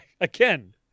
Again